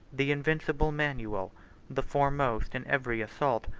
the invincible manuel, the foremost in every assault,